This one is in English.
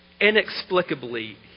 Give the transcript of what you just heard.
inexplicably